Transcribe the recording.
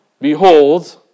behold